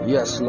Yes